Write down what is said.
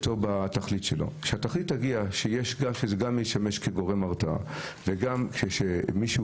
גם שזה ישמש גורם הרתעה וגם שכשמישהו